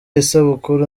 isabukuru